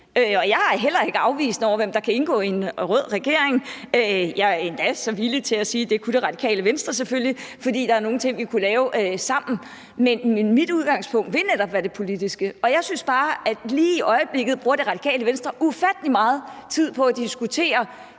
Jeg er heller ikke afvisende over for, hvem der kan indgå i en rød regering. Jeg er endda villig til at sige, at det kunne Radikale Venstre selvfølgelig, for der er nogle ting, vi kunne lave sammen. Mit udgangspunkt vil netop være det politiske, og jeg synes bare, at lige i øjeblikket bruger Radikale Venstre ufattelig meget tid på på kryds